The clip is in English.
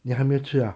你还没吃 ah